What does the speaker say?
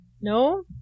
No